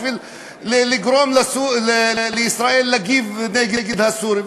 בשביל לגרום לישראל להגיב נגד הסורים,